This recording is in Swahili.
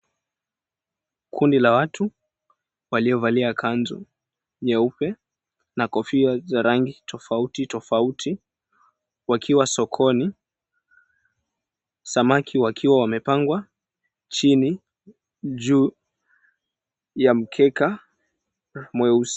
Kundi la watu waliovalia kanzu nyeupe na kofia za rangi tofauti tofauti wakiwa sokoni, samaki wakiwa wamepangwa chini juu ya mkeka mweusi.